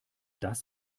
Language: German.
das